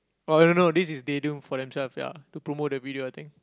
oh I don't know this is they do for themselves ya to promote the video I think